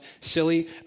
silly